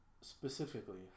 Specifically